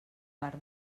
bar